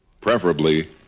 preferably